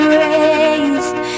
raised